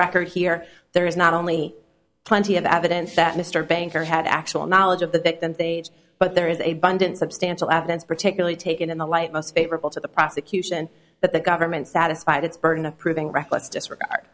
record here there is not only plenty of evidence that mr banker had actual knowledge of the victim but there is a bundle substantial evidence particularly taken in the light most favorable to the prosecution that the government satisfied its burden of proving reckless disregard